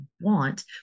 want